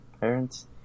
parents